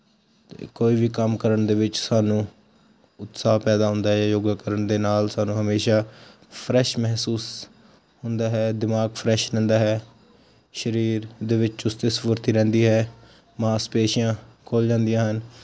ਅਤੇ ਕੋਈ ਵੀ ਕੰਮ ਕਰਨ ਦੇ ਵਿੱਚ ਸਾਨੂੰ ਉਤਸਾਹ ਪੈਦਾ ਹੁੰਦਾ ਹੈ ਯੋਗਾ ਕਰਨ ਦੇ ਨਾਲ ਸਾਨੂੰ ਹਮੇਸ਼ਾ ਫਰੈਸ਼ ਮਹਿਸੂਸ ਹੁੰਦਾ ਹੈ ਦਿਮਾਗ ਫਰੈਸ਼ ਰਹਿੰਦਾ ਹੈ ਸਰੀਰ ਦੇ ਵਿੱਚ ਚੁਸਤੀ ਸਫੁਰਤੀ ਰਹਿੰਦੀ ਹੈ ਮਾਸਪੇਸ਼ੀਆਂ ਖੁੱਲ ਜਾਂਦੀਆਂ ਹਨ